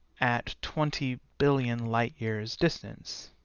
at twenty billion light-years distance.